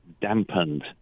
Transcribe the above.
dampened